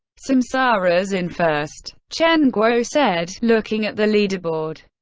samsara's in first, chen guo said, looking at the leaderboard.